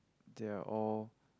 they are all